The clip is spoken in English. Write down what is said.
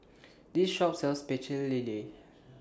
This Shop sells Pecel Lele